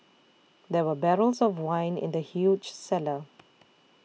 there were barrels of wine in the huge cellar